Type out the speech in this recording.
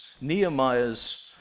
Nehemiah's